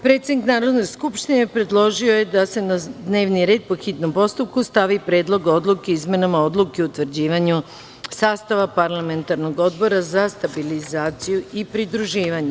Predsednik Narodne skupštine predložila je da se na dnevni red, po hitnom postupku, stavi Predlog odluke o izmenama Odluke o utvrđivanju sastava Parlamentarnog odbora za stabilizaciju i pridruživanje.